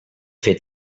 fer